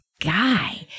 guy